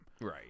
Right